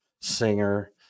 singer